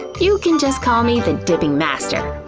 you can just call me the dipping master.